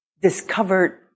discovered